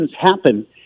happen